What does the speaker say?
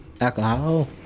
alcohol